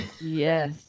Yes